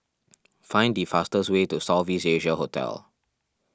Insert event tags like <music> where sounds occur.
<noise> find the fastest way to South East Asia Hotel